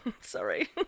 Sorry